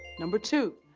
number two,